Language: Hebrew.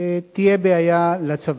תהיה בעיה לצבא.